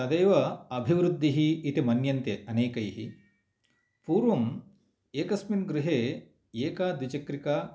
तदैव अधिवृद्धिः इति मन्यते अनेकैः पूर्वम् एकस्मिन् गृहे एका द्विचक्रिका